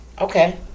Okay